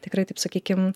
tikrai taip sakykim